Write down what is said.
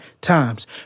times